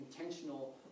intentional